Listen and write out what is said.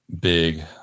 big